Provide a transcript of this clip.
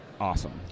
awesome